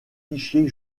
fichiers